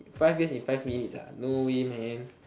five years in five minutes ah no way man